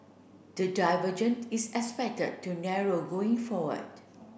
the divergent is expected to narrow going forward